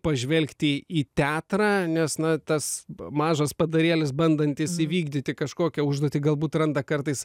pažvelgti į teatrą nes na tas mažas padarėlis bandantis įvykdyti kažkokią užduotį galbūt randa kartais